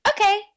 Okay